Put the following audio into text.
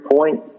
point